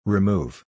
Remove